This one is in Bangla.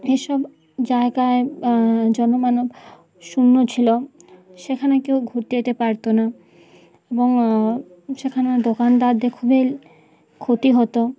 এসব জায়গায় জনমানব শূন্য ছিল সেখানে কেউ ঘুরতে যেতে পারত না এবং সেখানে দোকানদারদের খুবই ক্ষতি হতো